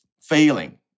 failing